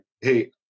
Hey